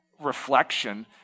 Reflection